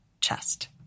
chest